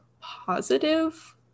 positive